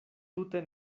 tute